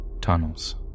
tunnels